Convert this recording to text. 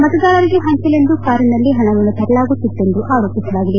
ಮತದಾರರಿಗೆ ಹಂಚಲೆಂದು ಕಾರಿನಲ್ಲಿ ಹಣವನ್ನು ತರಲಾಗುತ್ತಿತ್ತು ಎಂದು ಆರೋಪಿಸಲಾಗಿದೆ